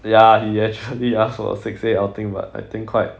ya he actually ask for a six A outing but I think quite